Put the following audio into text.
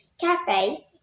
Cafe